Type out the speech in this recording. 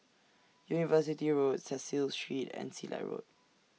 University Road Cecil Street and Silat Road